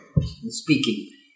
speaking